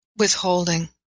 Withholding